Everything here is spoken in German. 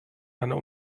einer